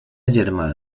germà